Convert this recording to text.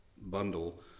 bundle